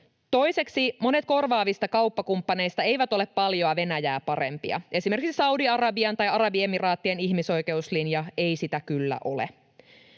Toiseksi, monet korvaavista kauppakumppaneista eivät ole paljoa Venäjää parempia, esimerkiksi Saudi-Arabian tai Arabiemiraattien ihmisoikeuslinja ei sitä kyllä ole.